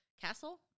castle